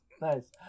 Nice